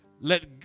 Let